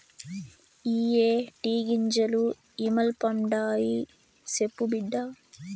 ఇయ్యే టీ గింజలు ఇ మల్పండాయి, సెప్పు బిడ్డా